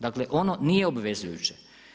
Dakle, ono nije obvezujuće.